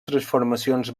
transformacions